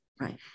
Right